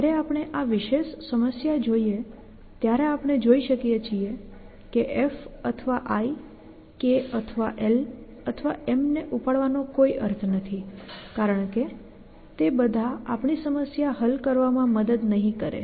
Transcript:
જ્યારે આપણે આ વિશેષ સમસ્યા જોઈએ ત્યારે આપણે જોઈ શકીએ છીએ કે F અથવા I K અથવા L અથવા M ને ઉપાડવાનો કોઈ અર્થ નથી કારણ કે તે બધા આપણી સમસ્યા હલ કરવામાં મદદ નહીં કરે